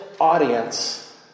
audience